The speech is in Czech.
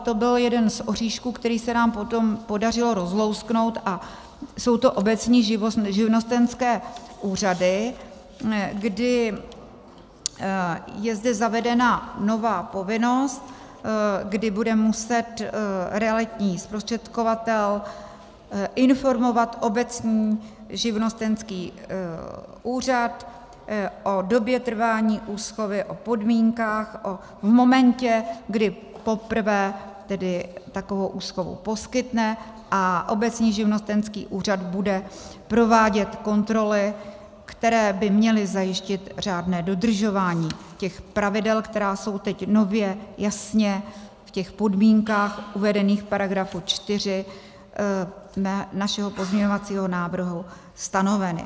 To byl jeden z oříšků, který se nám potom podařilo rozlousknout, a jsou to obecní živnostenské úřady, kdy je zde zavedena nová povinnost, kdy bude muset realitní zprostředkovatel informovat obecní živnostenský úřad o době trvání úschovy, o podmínkách, o momentě, kdy poprvé takovou úschovu poskytne, a obecní živnostenský úřad bude provádět kontroly, které by měly zajistit řádné dodržování těch pravidel, která jsou teď nově, jasně v podmínkách uvedených v § 4 našeho pozměňovacího návrhu stanovena.